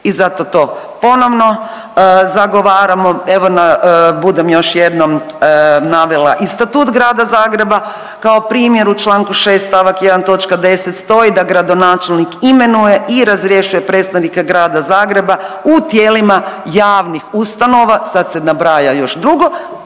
i zato to ponovno zagovaramo. Evo, budem još jednom navela i Statut Grada Zagreba kao primjer u čl. 6 st. 1 toč. 10 stoji da gradonačelnik imenuje i razrješuje predstavnika Grada Zagreba u tijelima javnih ustanova, sad se nabraja još drugo,